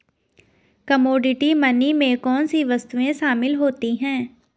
Commodity money में कौन सी वस्तुएं शामिल होती हैं?